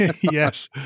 Yes